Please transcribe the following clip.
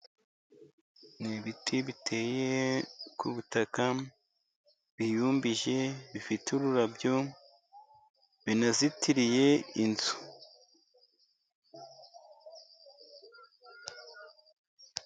Ni ibiti biteye ku butaka, biyumbije, bifite ururabyo, binazitiriye inzu.